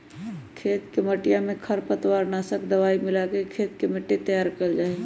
खेत के मटिया में खरपतवार नाशक दवाई मिलाके खेत के मट्टी तैयार कइल जाहई